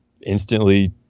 instantly